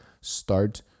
start